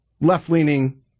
left-leaning